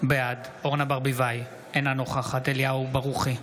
בעד אורנה ברביבאי, אינה נוכחת אליהו ברוכי,